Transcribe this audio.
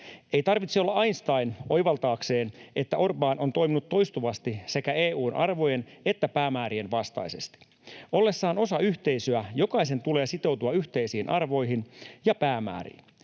Ei tarvitse olla Einstein oivaltaakseen, että Orbán on toiminut toistuvasti sekä EU:n arvojen että päämäärien vastaisesti. Ollessaan osa yhteisöä jokaisen tulee sitoutua yhteisiin arvoihin ja päämääriin.